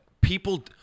people